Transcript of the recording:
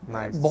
Nice